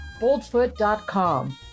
Boldfoot.com